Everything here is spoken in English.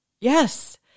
Yes